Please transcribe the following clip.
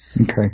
Okay